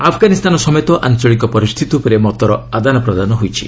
ଆଫ୍ଗାନିସ୍ତାନ ସମେତ ଆଞ୍ଚଳିକ ପରିସ୍ଥିତି ଉପରେ ମତର ଆଦାନପ୍ରଦାନ ହୋଇଛି